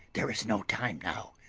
there is no time now.